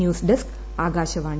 news desk Akashvani